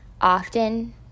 often